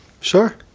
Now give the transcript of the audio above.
Sure